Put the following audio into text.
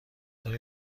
داری